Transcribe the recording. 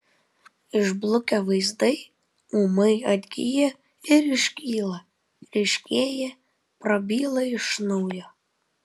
išblukę vaizdai ūmai atgyja ir iškyla ryškėja prabyla iš naujo